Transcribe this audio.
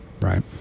Right